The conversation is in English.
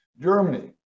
Germany